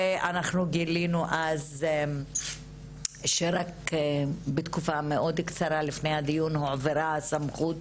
אנחנו גילינו אז שרק בתקופה מאוד קצרה לפני הדיון הועברה הסמכות